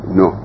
no